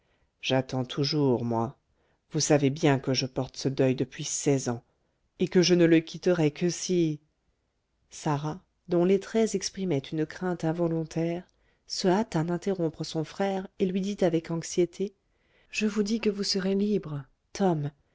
j'attends toujours moi vous savez bien que je porte ce deuil depuis seize ans et que je ne le quitterai que si sarah dont les traits exprimaient une crainte involontaire se hâta d'interrompre son frère et lui dit avec anxiété je vous dis que vous serez libre tom